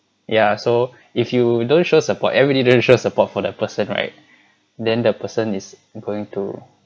ya so if you don't show support everybody don't show support for that person right then the person is going to